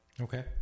okay